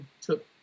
took